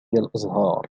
الأزهار